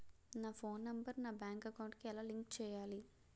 నా phone number నా bank account కి ఎలా లింక్ చేయాలి?